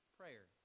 prayer